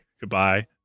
Goodbye